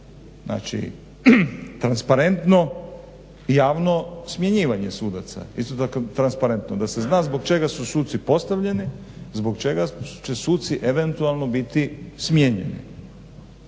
znači transparentno i javno smjenjivanje sudaca isto kao transparentno, da se zna zbog čega su suci postavljeni, zbog čega će suci eventualno biti smijenjeni.